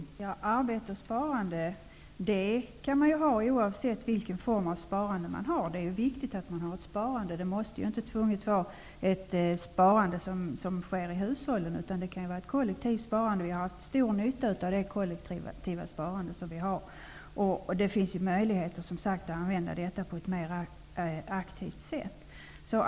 Herr talman! Arbete och sparande kan ske oavsett vilket system man har. Det är viktigt att det sker ett sparande, men det måste inte tvunget vara ett sparande i hushållen. Det kan vara ett kollektivt sparande. Vi har haft en stor nytta av det kollektiva sparande som har skett. Det finns möjligheter att använda detta på ett mer aktivt sätt.